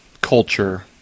culture